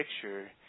picture